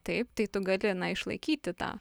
taip tai tu gali na išlaikyti tą